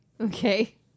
Okay